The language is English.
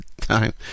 time